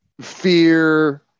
fear